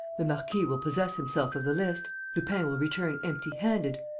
the marquis will possess himself of the list, lupin will return empty-handed,